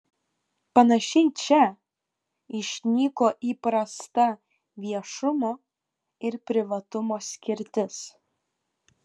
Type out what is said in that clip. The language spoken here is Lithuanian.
panašiai čia išnyko įprasta viešumo ir privatumo skirtis